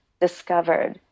discovered